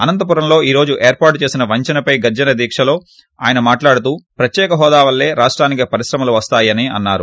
అనంతపురంలో ఈ రోజు ఏర్పాటు చేసిన వంచనపై గర్లన దీక్షలో ఆయనే మాట్లాడుతూ ప్రత్యేక హోదా వల్లే రాష్లానికి పరిశ్రమలు వస్తాయని అన్నారు